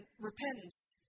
repentance